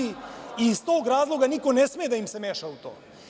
Iz tog razloga niko ne sme da im se meša u to.